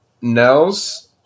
Nels